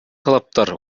талаптар